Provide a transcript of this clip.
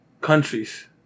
countries